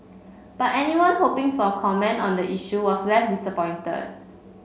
but anyone hoping for a comment on the issue was left disappointed